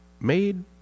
made